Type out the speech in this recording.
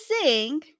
sing